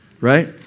right